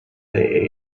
they